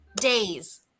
days